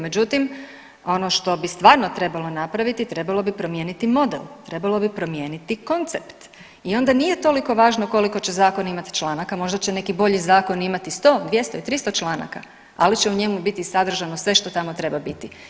Međutim ono što bi stvarno trebalo napraviti trebalo bi promijeniti model, trebalo bi promijeniti koncept i onda nije toliko važno koliko će zakon imati članaka, možda će neki bolji zakon imati 100, 200 i 300 članka, ali će u njemu biti sadržano sve što tamo treba biti.